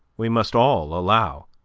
we must all allow.